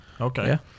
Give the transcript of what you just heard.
Okay